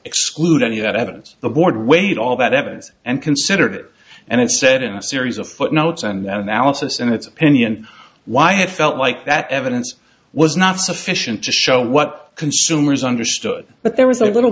exclude any of that evidence the board weighed all that evidence and considered it and it said in a series of footnotes and that analysis and its opinion why it felt like that evidence was not sufficient to show what consumers understood but there was a little